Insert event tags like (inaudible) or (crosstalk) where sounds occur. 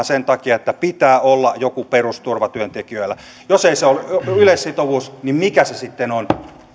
(unintelligible) sen takia että pitää olla joku perusturva työntekijöillä jos se ei ole yleissitovuus niin mikä se sitten on